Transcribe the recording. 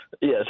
Yes